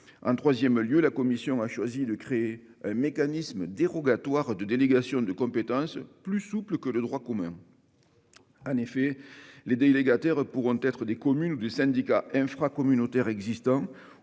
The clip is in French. En troisième lieu, la commission a choisi de créer un mécanisme dérogatoire de délégation de compétence plus souple que le droit commun. En effet, les délégataires pourront être des communes ou des syndicats infracommunautaires existants